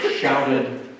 shouted